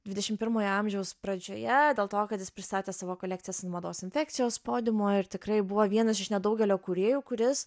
dvidešim pirmojo amžiaus pradžioje dėl to kad jis pristatė savo kolekcijas ant mados infekcijos podiumo ir tikrai buvo vienas iš nedaugelio kūrėjų kuris